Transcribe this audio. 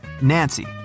Nancy